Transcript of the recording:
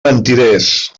mentiders